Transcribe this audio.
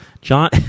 John